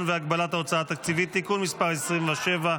והגבלת ההוצאה התקציבית (תיקון מס' 27),